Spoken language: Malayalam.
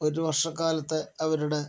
ഒരു വർഷക്കാലത്തെ അവരുടെ